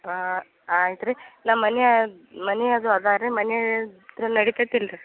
ಹಾಂ ಆಯ್ತು ರೀ ನಮ್ಮ ಮನ್ಯ ಮನಿ ಅದು ಅದ ರೀ ಮನೆ ಇದ್ರ ನಡಿತೀತಿ ಇಲ್ರಿ